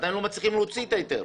עדיין לא מצליחים להוציא את ההיתר.